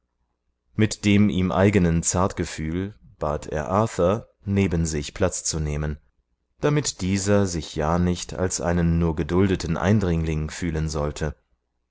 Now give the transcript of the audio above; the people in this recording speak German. mit dem ihm eigenen zartgefühl bat er arthur neben sich platz zu nehmen damit dieser sich ja nicht als einen nur geduldeten eindringling fühlen sollte